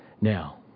now